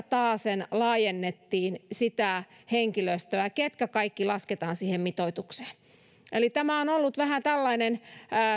taasen laajennettiin sitä henkilöstöä ketkä kaikki lasketaan siihen mitoitukseen eli tämä on ollut vähän tällainen